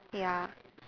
ya